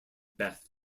beth